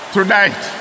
Tonight